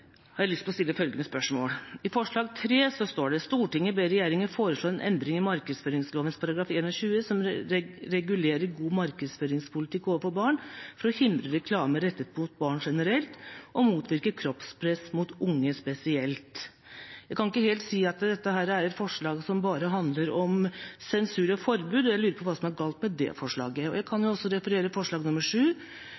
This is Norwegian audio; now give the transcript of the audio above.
har jeg lyst til å stille noen spørsmål. I forslag nr. 3 står det: «Stortinget ber regjeringen foreslå endring av markedsføringsloven § 21, som regulerer god markedsføringsskikk overfor barn, for å hindre reklame rettet mot barn generelt, og motvirke kroppspress mot unge spesielt.» Jeg kan ikke helt se at dette er et forslag som bare handler om sensur og forbud. Jeg lurer på hva som er galt med forslaget. Jeg kan